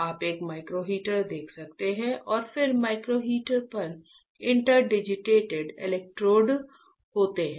आप एक micro heater देख सकते हैं और फिर माइक्रो हीटर पर इंटरडिजिटेटेड इलेक्ट्रोड होते हैं